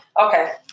Okay